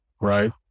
right